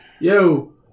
Yo